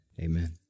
amen